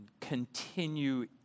continue